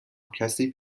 کسی